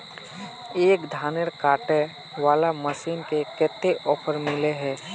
एक धानेर कांटे वाला मशीन में कते ऑफर मिले है?